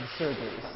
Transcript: surgeries